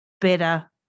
better